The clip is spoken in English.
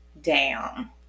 down